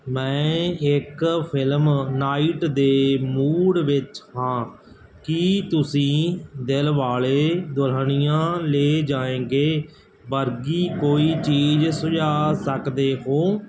ਮੈਂ ਇੱਕ film night ਦੇ ਮੂਡ ਵਿੱਚ ਹਾਂ ਕੀ ਤੁਸੀਂ ਦਿਲਵਾਲੇ ਦੁਲਹਨੀਆ ਲੇ ਜਾਏਂਗੇ ਵਰਗੀ ਕੋਈ ਚੀਜ਼ ਸੁਝਾਅ ਸਕਦੇ ਹੋ